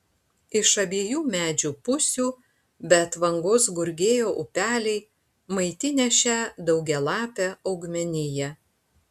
iš abiejų medžių pusių be atvangos gurgėjo upeliai maitinę šią daugialapę augmeniją